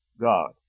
God